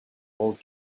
old